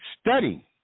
Study